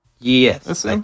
Yes